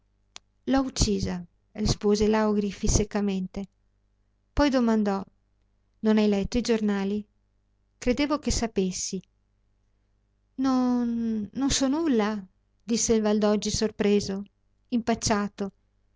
l'ho uccisa rispose lao griffi seccamente poi domandò non hai letto nei giornali credevo che sapessi non non so nulla disse il valdoggi sorpreso impacciato